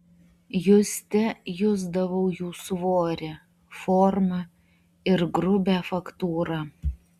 juste jusdavau jų svorį formą ir grubią faktūrą